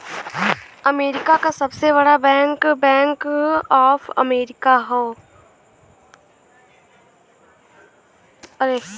America क सबसे बड़ा बैंक बैंक ऑफ अमेरिका हौ